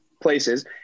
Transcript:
places